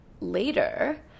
later